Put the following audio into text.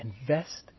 invest